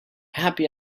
happy